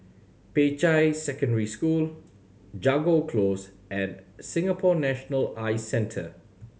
Peicai Secondary School Jago Close and Singapore National Eye Centre